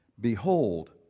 Behold